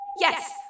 Yes